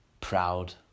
proud